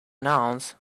nouns